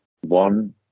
one